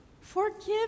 forgive